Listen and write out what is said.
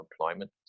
employment